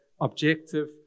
objective